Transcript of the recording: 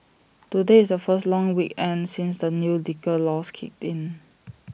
today is the first long weekend since the new liquor laws kicked in